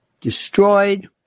destroyed